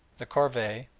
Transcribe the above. the corvee,